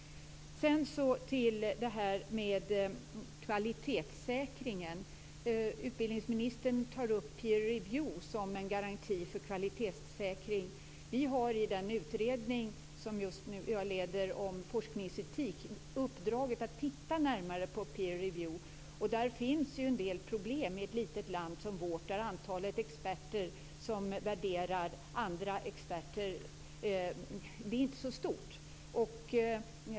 Till frågan om kvalitetssäkringen. Utbildningsministern tar upp peer review som en garanti för kvalitetssäkring. Vi har i den utredning som jag just nu leder om forskningsetik uppdraget att titta närmare på peer review. Det finns en del problem i ett litet land som vårt. Antalet experter som värderar andra experter är inte så stort.